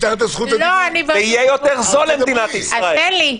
זה יהיה יותר זול למדינת ישראל.